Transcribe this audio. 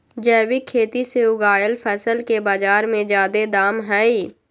जैविक खेती से उगायल फसल के बाजार में जादे दाम हई